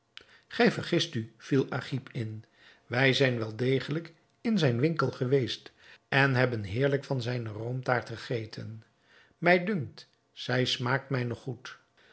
gij vergist u viel agib in wij zijn wel degelijk in zijn winkel geweest en hebben heerlijk van zijne roomtaart gegeten mij dunkt zij smaakt mij nog goed